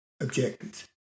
objectives